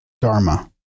Dharma